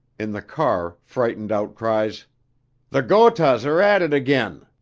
in the car frightened outcries the gothas are at it again!